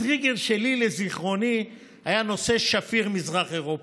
הטריגר שלי, לזיכרוני, היה נושא שפיר מזרח אירופה.